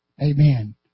Amen